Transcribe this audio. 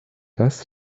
das